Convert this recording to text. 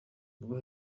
rwo